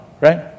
right